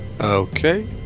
okay